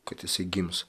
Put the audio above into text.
kad jisai gims